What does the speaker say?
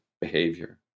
behavior